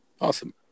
Awesome